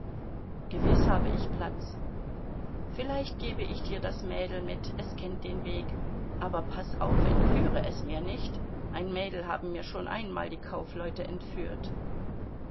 gewiß habe ich platz vielleicht gebe ich dir das mädel mit es kennt den weg aber paß auf entführe es mir nicht ein mädel haben mir schon einmal die kaufleute entführt